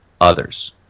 others